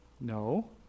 No